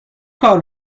کار